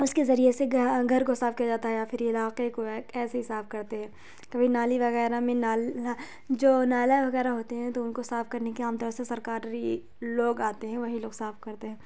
اس کے ذریعے سے گھر کو صاف کیا جاتا ہے یا پھر علاقے کو ایسے ہی صاف کرتے ہیں کبھی نالی وغیرہ میں نل جو نالے وغیرہ ہوتے ہیں تو ان کو صاف کرنے کے عام طور سے سرکاری لوگ آتے ہیں وہی لوگ صاف کرتے ہیں